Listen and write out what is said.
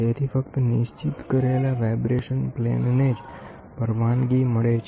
તેથી ફક્ત નિશ્ચિત કરેલા વાઈબ્રેશન પ્લેનને જ પરવાનગી મળે છે